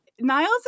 Niles